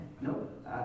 nope